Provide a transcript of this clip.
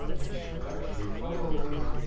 this should actually follow it,